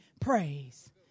praise